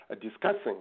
discussing